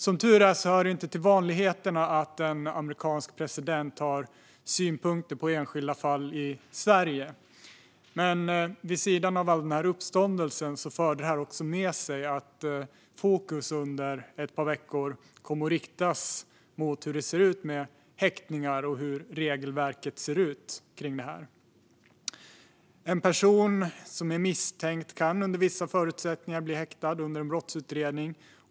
Som tur är hör det inte till vanligheterna att en amerikansk president har synpunkter på enskilda fall i Sverige. Men vid sidan av all denna uppståndelse förde händelsen med sig att fokus under ett par veckor kom att riktas mot hur regelverket för häktningar ser ut. En person som är misstänkt kan under vissa förutsättningar bli häktad under en brottsutredning.